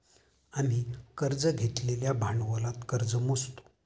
आम्ही कर्ज घेतलेल्या भांडवलात कर्ज मोजतो